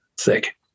thick